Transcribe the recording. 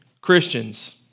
Christians